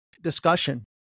discussion